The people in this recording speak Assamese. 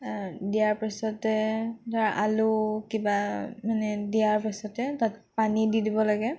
দিয়াৰ পিছতে ধৰা আলু কিবা মানে দিয়াৰ পিছতে তাত পানী দি দিব লাগে